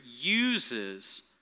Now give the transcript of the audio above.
uses